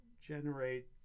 generate